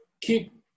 keep